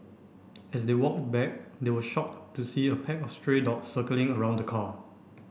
as they walked back they were shocked to see a pack of stray dogs circling around the car